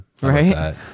Right